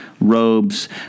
Robes